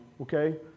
okay